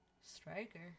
Striker